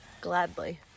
Gladly